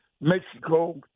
Mexico